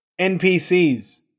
NPCs